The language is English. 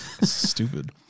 stupid